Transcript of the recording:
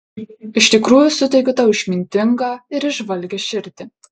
iš tikrųjų suteikiu tau išmintingą ir įžvalgią širdį